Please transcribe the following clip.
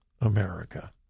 America